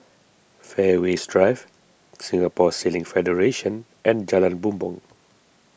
Fairways Drive Singapore Sailing Federation and Jalan Bumbong